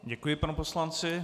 Děkuji panu poslanci.